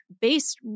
based